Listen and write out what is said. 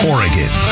Oregon